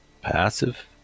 Passive